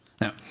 Now